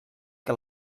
que